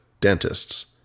dentists